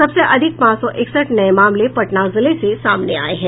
सबसे अधिक पांच सौ इकसठ नये मामले पटना जिले से सामने आये हैं